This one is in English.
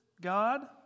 God